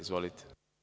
Izvolite.